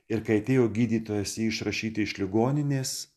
ir kai atėjo gydytojas jį išrašyti iš ligoninės